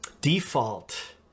Default